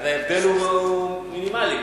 אז ההבדל הוא מינימלי.